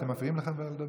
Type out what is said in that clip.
אתם מפריעים לחבר לדבר.